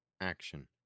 action